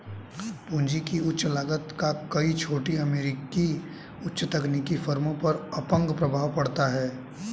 पूंजी की उच्च लागत का कई छोटी अमेरिकी उच्च तकनीकी फर्मों पर अपंग प्रभाव पड़ता है